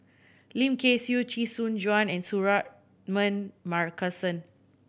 Lim Kay Siu Chee Soon Juan and Suratman Markasan